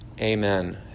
Amen